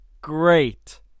great